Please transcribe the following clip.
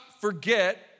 forget